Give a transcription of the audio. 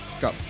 Go